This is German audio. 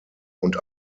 und